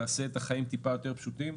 שתעשה את החיים טיפה יותר פשוטים.